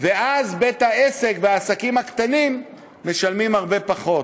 ואז בית-העסק והעסקים הקטנים משלמים הרבה פחות.